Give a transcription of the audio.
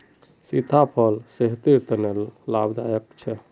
सीताफल सेहटर तने लाभदायक छे